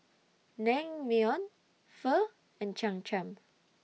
Naengmyeon Pho and Cham Cham